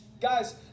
Guys